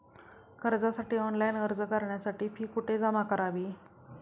कर्जासाठी ऑनलाइन अर्ज करण्यासाठी फी कुठे जमा करावी?